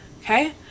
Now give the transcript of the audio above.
Okay